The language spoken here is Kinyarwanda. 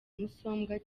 musombwa